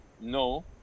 no